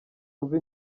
wumve